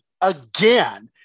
again